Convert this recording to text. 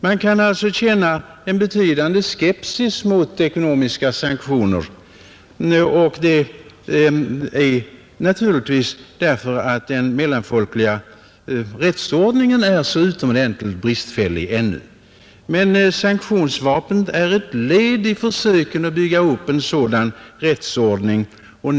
Man kan alltså känna betydande skepsis mot ekonomiska sanktioner, och det beror naturligtvis på att den mellanfolkliga rättsordningen ännu är så utomordentligt bristfällig. Men sanktionsvapnet är ett led i försöken att bygga upp en sådan rättsordning.